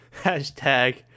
Hashtag